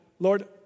Lord